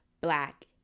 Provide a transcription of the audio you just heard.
black